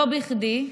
לא בכדי,